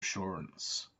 assurance